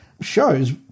shows